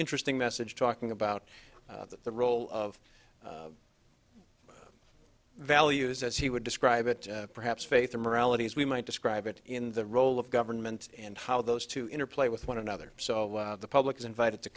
interesting message talking about the role of values as he would describe it perhaps faith and morality as we might describe it in the role of government and how those two interplay with one another so the public is invited to